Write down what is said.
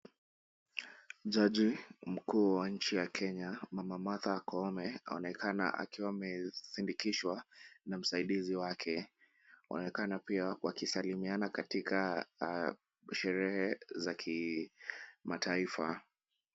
Jaji mkuu wa nchi ya Kenya mama Martha Koome aonekana akiwa amesindikishwa na msaidizi wake waonekana pia wakisalimiana katika sherehe za kimataifa.